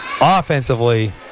offensively